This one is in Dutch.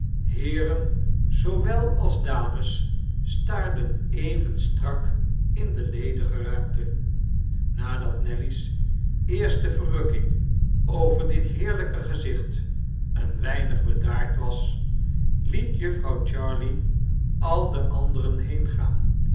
heeren zoowel als dames staarden even strak in de ledige ruimte nadat nelly's eerste verrukking over dit heerlijke gezicht een weinig bedaard was liet jufvrouw jarley al de anderen